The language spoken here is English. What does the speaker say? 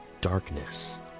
darkness